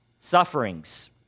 sufferings